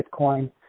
Bitcoin